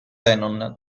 lennon